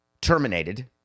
terminated